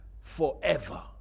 forever